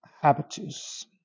habitus